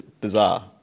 bizarre